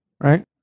right